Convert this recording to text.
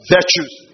Virtues